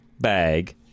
bag